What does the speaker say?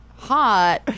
Hot